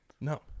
No